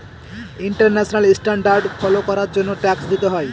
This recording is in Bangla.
ইন্টারন্যাশনাল স্ট্যান্ডার্ড ফলো করার জন্য ট্যাক্স দিতে হয়